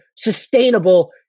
Sustainable